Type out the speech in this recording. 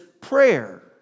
prayer